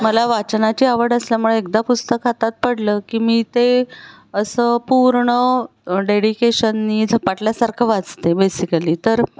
मला वाचनाची आवड असल्यामुळे एकदा पुस्तक हातात पडलं की मी ते असं पूर्ण डेडिकेशनने झपाटल्यासारखं वाचते बेसिकली तर